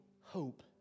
hope